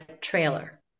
trailer